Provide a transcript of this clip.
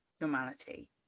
normality